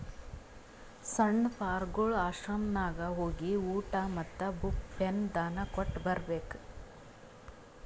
ಸಣ್ಣು ಪಾರ್ಗೊಳ್ ಆಶ್ರಮನಾಗ್ ಹೋಗಿ ಊಟಾ ಮತ್ತ ಬುಕ್, ಪೆನ್ ದಾನಾ ಕೊಟ್ಟ್ ಬರ್ಬೇಕ್